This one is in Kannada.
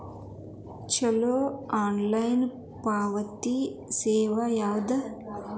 ಛಲೋ ಆನ್ಲೈನ್ ಪಾವತಿ ಸೇವಾ ಯಾವ್ದದ?